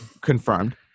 Confirmed